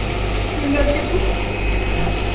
finger tips